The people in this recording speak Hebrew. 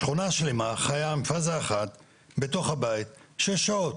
שכונה שלמה חיה עם פאזה שלמה בתוך הבית, שש שעות.